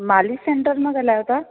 मालिश सेंटर मां ॻाल्हायो था